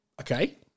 Okay